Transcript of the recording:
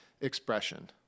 expression